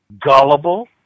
gullible